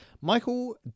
Michael